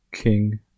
King